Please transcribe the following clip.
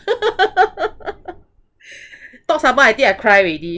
talk some more I think I cry already